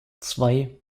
zwei